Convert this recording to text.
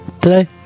today